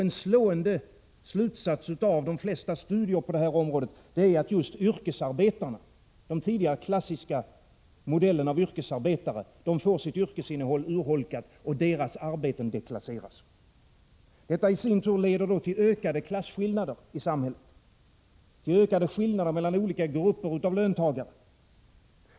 En slående slutsats av de flesta studier på detta område är att just yrkesarbetarna, den tidigare klassiska modellen av yrkesarbetare, får sitt yrkesinnehåll urholkat, deras arbeten deklasseras. Detta i sin tur leder till ökade klasskillnader i samhället, till ökade skillnader mellan olika grupper av löntagare.